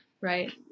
right